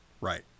Right